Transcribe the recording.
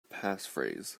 passphrase